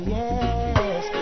yes